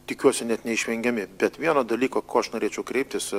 tikiuosi net neišvengiami bet vieno dalyko ko aš norėčiau kreiptis